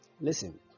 listen